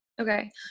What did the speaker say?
Okay